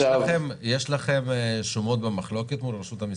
יש לכם שומות במחלוקת מול רשות המיסים?